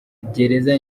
gereza